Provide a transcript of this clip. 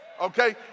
Okay